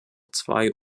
zwei